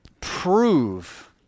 prove